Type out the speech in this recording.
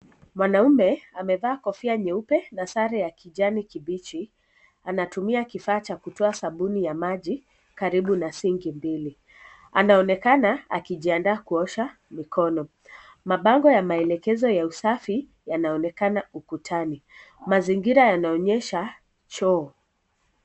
Mwanamume amevaa kofia nyeupe na sare ya kijani kibichi. Anatumia kifaa cha kutoa sabuni ya maji karibu na sinki mbili. Anaonekana akijiandaa kuosha mikono. Mabango ya maelekezo ya usafi yanayoonekana ukutani. Mazingira yanaonyesha choo.